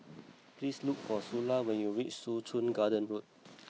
please look for Sula when you reach Soo Chow Garden Road